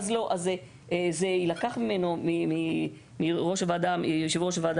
אז גם זה יילקח מיושב ראש הועדה המחוזית,